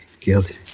guilty